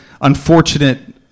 unfortunate